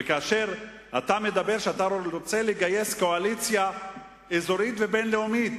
וכאשר אתה אומר שאתה רוצה לגייס קואליציה אזורית ובין-לאומית,